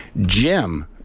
Jim